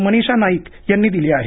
मनीषा नाईक यांनी दिली आहे